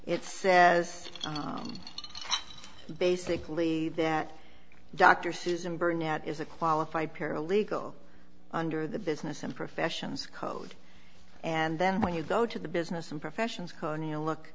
it says basically that dr susan burnett is a qualified paralegal under the business and professions code and then when you go to the business and professions konya look